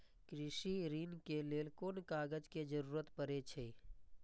कृषि ऋण के लेल कोन कोन कागज के जरुरत परे छै?